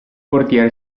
portiere